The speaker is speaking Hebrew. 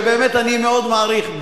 שבאמת אני מאוד מעריך,